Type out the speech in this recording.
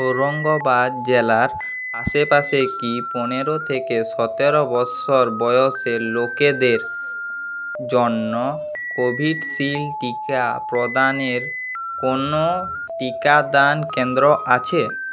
ঔরঙ্গাবাদ জেলার আশেপাশে কি পনেরো থেকে সতেরো বছর বয়সের লোকেদের জন্য কোভিডশিল্ড টিকা প্রদানের কোনও টিকাদান কেন্দ্র আছে